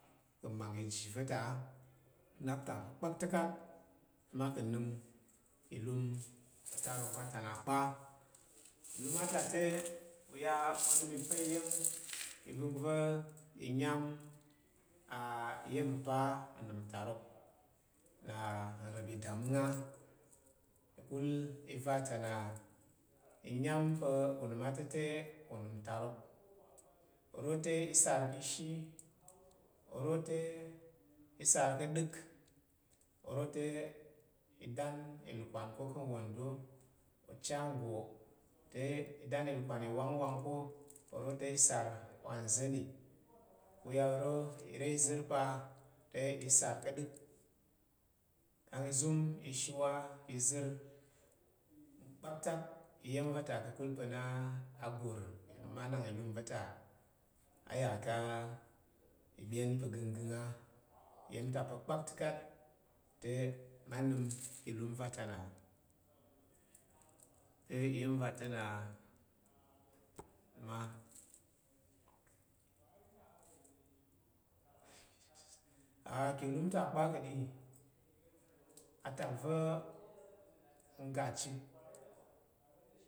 Ka̱ mang iji va̱ ta a nnap ta pa kpata̱kat te ma ka̱ nnəm ki ilum otarok va ta na kpa ki ilum ata te ɓu ya onəm i pa iya̱m i vəng va̱ i nyam nnap iya̱m mpa anəm tarok na nrep idamong á. Ka̱kul i va ta na i nyam pa unəm ata̱ te unəm tarok oro te isar ki ishi oro te isar ka ɗək oro te i dan ilukwan ko ka̱ nwando ocha nggo te i dan ilukwan i wangwnag ko ova̱ te i sar wa nzəni ɓu ya oro ire izər pa te isar ka̱ ɗək kang i zum ishiwa ki izər mkpaktak iya̱m va̱ ta. Ka̱kul pa̱ na a gro na a nak ilum va̱ ta a ya ka̱ mbyen pa̱ gəngəng a iya̱m ta pa kpakta̱kat te ma nəm ki ilum va ta na. Te iya̱m va ta̱ na ma. A ki ilum ta kpa ka̱ɗi atak va̱ ngga chit.